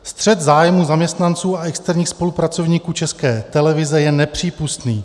Střet zájmů zaměstnanců a externích spolupracovníků České televize je nepřípustný.